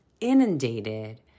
inundated